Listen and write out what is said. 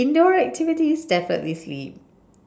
indoor activities definitely sleep